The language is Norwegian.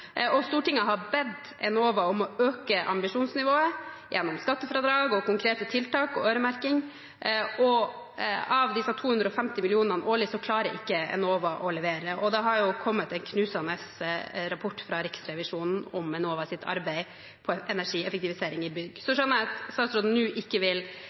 Stortinget har bedt Enova om å øke ambisjonsnivået – gjennom skattefradrag, konkrete tiltak og øremerking. Med de 250 mill. kr årlig klarer ikke Enova å levere. Det har kommet en knusende rapport fra Riksrevisjonen om Enovas arbeid med energieffektivisering i bygg. Jeg skjønner at statsråden ikke vil